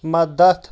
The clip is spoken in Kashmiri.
مدد